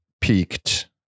peaked